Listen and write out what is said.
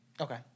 Okay